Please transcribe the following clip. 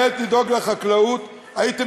צריך קודם כול להקפיד על השמירה והביטחון.